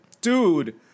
dude –